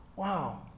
wow